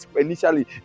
initially